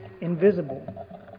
invisible